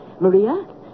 Maria